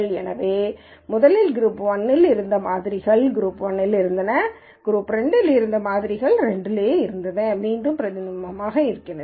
எனவே முதலில் குரூப் 1 இல் இருந்த மாதிரிகள் குரூப் 1 இல் இருந்தன குரூப் 2 இல் உள்ள மாதிரிகள் குரூப் 2 இல் மீண்டும் பிரதானமாக உள்ளன